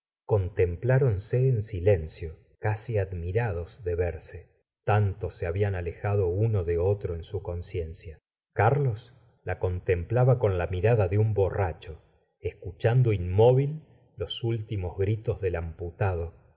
decir contemplaronse en silencio casi admirados de verse tanto se habían al jado uno de otro en su conciencia la señora de bovary carlos la contemplaba con la mirada de un borracho escuchando inmóvil los últimos gritos del amputado